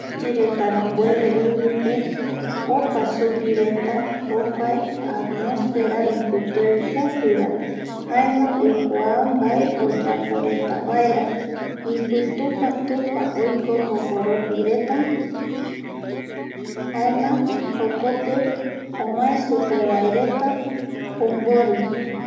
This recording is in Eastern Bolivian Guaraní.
Ogueyi retarambueve ivipe opa suguireta jokua atmosfera ipitue jupivae jaema oikua mbae voyaporetavaera ipitupa tupa oiko jokoropi reta jaema jokope ovae supevaereta ombori